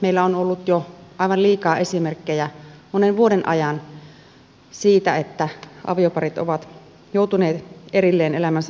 meillä on ollut jo aivan liikaa esimerkkejä monen vuoden ajan siitä että avioparit ovat joutuneet erilleen elämänsä loppuvaiheessa